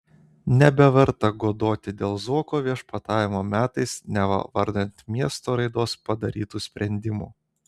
nebeverta godoti dėl zuoko viešpatavimo metais neva vardan miesto raidos padarytų sprendimų